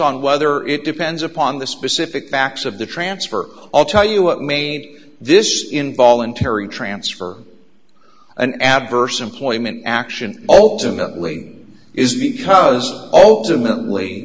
on whether it depends upon the specific backs of the transfer i'll tell you what made this involuntary transfer an adverse employment action alternately is because